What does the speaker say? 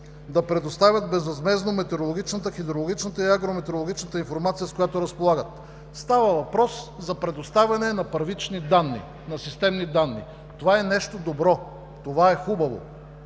да предоставят безвъзмездно метеорологичната, хидрологичната и агрометеорологичната информация, с която разполагат. Става въпрос за предоставяне на първични данни, на системни данни. Това е нещо добро, това е хубаво.